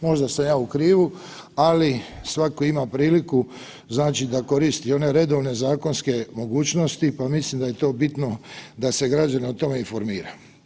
Možda sam ja u krivu, ali svako ima priliku da koristi one redovne zakonske mogućnosti pa mislim da je to bitno da se građane o tome informira.